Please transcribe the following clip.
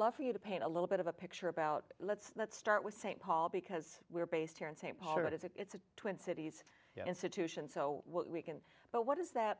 love for you to paint a little bit of a picture about let's let's start with saint paul because we're based here in st paul and it's the twin cities institution so we can but what is that